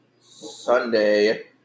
Sunday